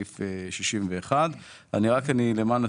ציבור לעניין סעיף 61. עו"ד למקין,